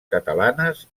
catalanes